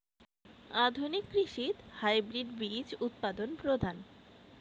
আধুনিক কৃষিত হাইব্রিড বীজ উৎপাদন প্রধান